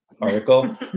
article